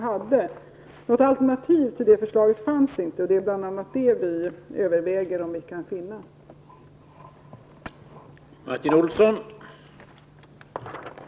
Men något alternativ till det förslaget fanns inte. Det är bl.a. det vi överväger. Vi försöker alltså finna alternativ.